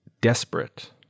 desperate